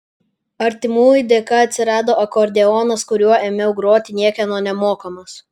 artimųjų dėka atsirado akordeonas kuriuo ėmiau groti niekieno nemokomas